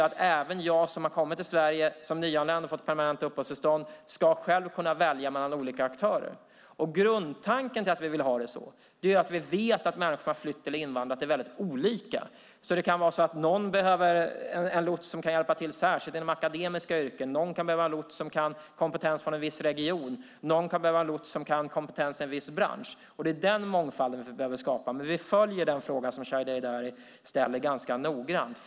Även den som har kommit till Sverige som nyanländ och fått permanent uppehållstillstånd ska själv kunna välja mellan olika aktörer. Grundtanken till att vi vill ha det så är att vi vet att människor som har flytt eller invandrat är väldigt olika. Någon kan behöva en lots som kan hjälpa till särskilt inom akademiska yrken, någon kan behöva en lots som har kompetens från en viss region och någon kan behöva en lots som har kompetens inom en viss bransch. Det är den mångfalden vi behöver skapa. Vi följer den fråga som Shadiye Heydari ställer ganska noggrant.